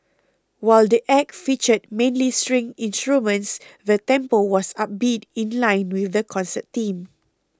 while the Act featured mainly string instruments the tempo was upbeat in line with the concert theme